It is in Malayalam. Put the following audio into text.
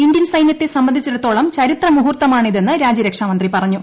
ഇന്ത്യൻ സൈന്യത്തെ സംബന്ധിച്ചിടത്തോളം ചരിത്ര മുഹൂർത്തമാണ് ഇതെന്ന് രാജ്യ രക്ഷാമന്ത്രി പറഞ്ഞു